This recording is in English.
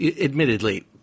admittedly